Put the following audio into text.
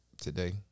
today